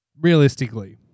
Realistically